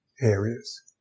areas